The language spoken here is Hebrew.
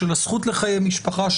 של הזכות לחיי משפחה,